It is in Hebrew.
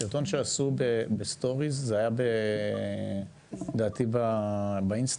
הסרטון שעשו בסטורי, זה היה לדעתי באינסטגרם.